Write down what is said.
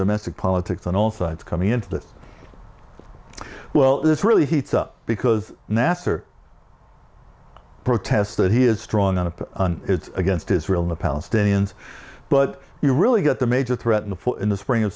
domestic politics on all sides coming into this well this really heats up because nasser protests that he is strong up against israel the palestinians but you really get the major threat in the in the spring of